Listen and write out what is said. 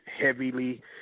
heavily